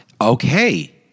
Okay